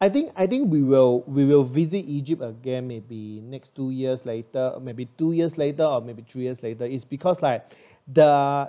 I think I think we will we will visit egypt again maybe next two years later maybe two years later or maybe three years later it's because like their